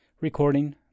Recording